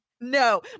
No